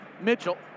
Mitchell